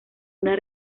una